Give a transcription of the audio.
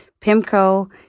Pimco